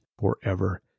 forever